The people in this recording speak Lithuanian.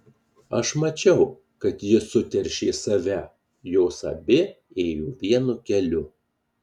aš mačiau kad ji suteršė save jos abi ėjo vienu keliu